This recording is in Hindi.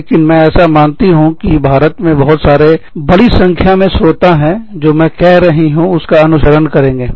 लेकिन मैं ऐसा मानती हूँ कि भारत मे बहुत सारे बड़ी संख्या में श्रोता जो मैं कह रही हूँ उसका अनुसरण करेंगे